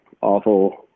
awful